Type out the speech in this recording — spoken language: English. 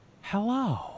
Hello